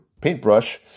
paintbrush